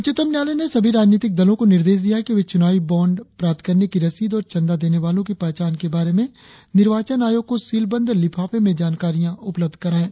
उच्चतम न्यायालय ने सभी राजनीतिक दलों को निर्देश दिया है कि वे चुनावी बाँड प्राप्त करने की रसीद और चंदा देने वालों की पहचान के बारे में निर्वाचन आयोग को सीलबंद लिफाफे में जानकारी उपलब्ध कराएं